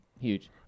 huge